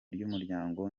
ry’umuryango